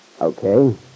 Okay